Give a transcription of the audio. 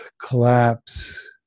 collapse